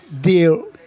deal